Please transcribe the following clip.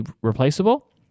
replaceable